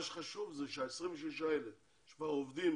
מה שחשוב זה שה-26 האלה שכבר עובדים